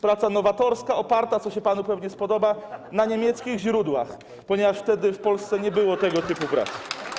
Praca nowatorska, oparta - co panu pewnie się spodoba - na niemieckich źródłach, ponieważ wtedy w Polsce nie było tego typu prac.